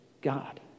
God